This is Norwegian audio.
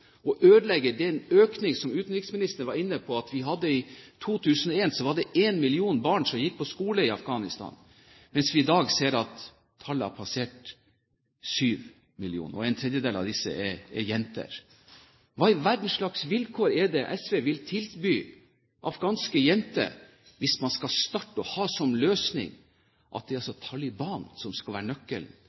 å ødelegge den økningen som utenriksministeren var inne på at vi hadde, at det i 2001 var én million barn som gikk på skole i Afghanistan, mens vi i dag ser at tallet har passert syv millioner – og en tredjedel av disse er jenter. Hva i all verden slags vilkår er det SV vil tilby afghanske jenter hvis man starter med å ha som løsning at Taliban skal være nøkkelen